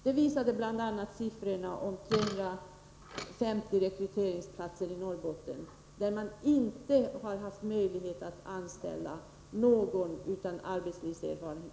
Det visar bl.a. de 250 rekryteringsplatserna i Norrbotten, där man inte på mycket länge har haft möjlighet att anställa någon utan arbetslivserfarenhet.